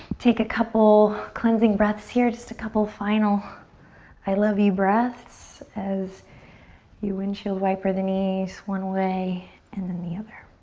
take a couple cleansing breaths here. just a couple final i love you breaths as you windshield wiper the knees one way and then the other.